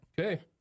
Okay